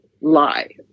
lie